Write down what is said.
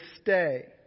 stay